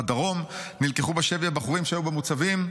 "בדרום נלקחו בשבי הבחורים שהיו במוצבים,